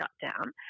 shutdown